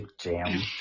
jam